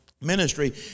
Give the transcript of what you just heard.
ministry